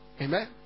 Amen